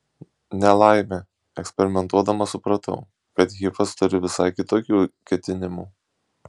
nelaimė eksperimentuodama supratau kad hifas turi visai kitokių ketinimų